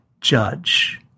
judge